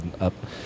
up